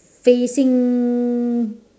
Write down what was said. facing